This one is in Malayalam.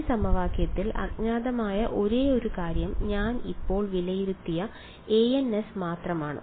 ഈ സമവാക്യത്തിൽ അജ്ഞാതമായ ഒരേയൊരു കാര്യം ഞാൻ ഇപ്പോൾ വിലയിരുത്തിയ ans മാത്രമാണ്